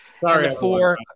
Sorry